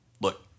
Look